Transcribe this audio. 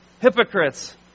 Hypocrites